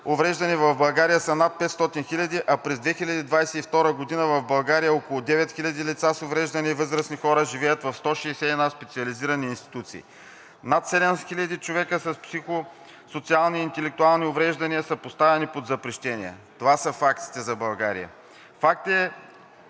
увреждания в България са над 500 000, а през 2022 г. в България около 9000 лица с увреждания и възрастни хора живеят в 161 специализирани институции. Над 7000 човека с психо-социални и интелектуални увреждания са поставени под запрещение. Това са факти! Факт е